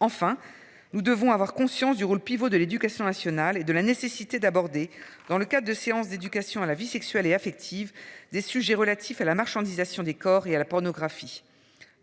Enfin, nous devons avoir conscience du rôle pivot de l'éducation nationale et de la nécessité d'aborder dans le cas de séances d'éducation à la vie sexuelle et affective des sujets relatifs à la marchandisation des corps et à la pornographie.